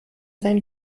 sein